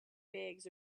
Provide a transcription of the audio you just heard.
bags